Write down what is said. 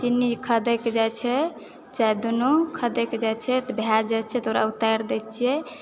चीनी खधकि जैत छै चाय दुनू खधकि जाय छै तऽ भए जाइत छै तऽ ओकरा उतारि दैत छियै